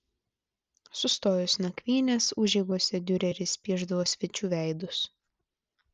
sustojus nakvynės užeigose diureris piešdavo svečių veidus